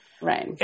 Right